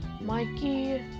Mikey